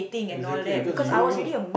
exactly because you knew